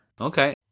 okay